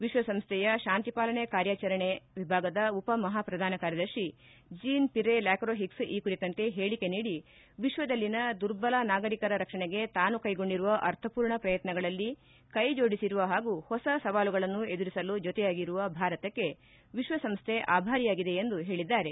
ವಿಶ್ವಸಂಸ್ಟೆಯ ತಾಂತಿಪಾಲನೆ ಕಾರ್ಯಾಚರಣೆ ವಿಭಾಗದ ಉಪ ಮಹಾ ಪ್ರಧಾನ ಕಾರ್ಯದರ್ಶಿ ಜೀನ್ ಪಿರೆ ಲ್ಯಾಕ್ರೋಹಿಕ್ಸ್ ಈ ಕುರಿತಂತೆ ಹೇಳಿಕೆ ನೀಡಿ ವಿಶ್ವದಲ್ಲಿನ ದುರ್ಬಲ ನಾಗರೀಕರ ರಕ್ಷಣೆಗೆ ತಾನು ಕೈಗೊಂಡಿರುವ ಅರ್ಥಮೂರ್ಣ ಪ್ರಯತ್ನಗಳಲ್ಲಿ ಕೈ ಜೋಡಿಸಿರುವ ಹಾಗೂ ಹೊಸ ಸವಾಲುಗಳನ್ನು ಎದುರಿಸಲು ಜೊತೆಯಾಗಿರುವ ಭಾರತಕ್ಕೆ ವಿಶ್ವಸಂಸ್ಟೆ ಆಭಾರಿಯಾಗಿದೆ ಎಂದು ಅವರು ಹೇಳಿದ್ದಾರೆ